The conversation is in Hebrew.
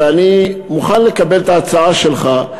אני מוכן לקבל את ההצעה שלך.